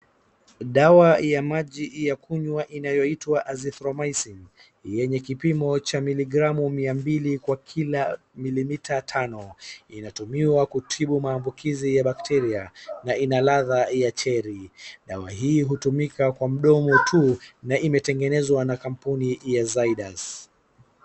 Dawa ya maji ya kunywa inayoitwa Aziohromycin yenye kipimo cha miligramu miambili kwa kila milimita tano. Inatumiwa kutibu maambukizi ya bakteria na ina ladha ya cherry. Dawa hii hutumika kwa mdomo tu na imetengenezwa na kampuni Zydus.